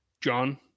John